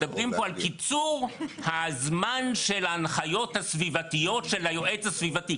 מדברים פה על קיצור הזמן של ההנחיות הסביבתיות של היועץ הסביבתי.